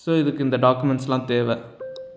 so இதுக்கு இந்த டாக்குமெண்ட்ஸுலாம் தேவை